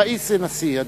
ראיס זה נשיא.